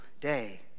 day